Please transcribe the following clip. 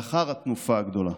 לאחר התנופה הגדולה.